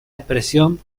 expresión